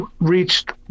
reached